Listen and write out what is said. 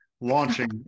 launching